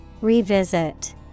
Revisit